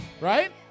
right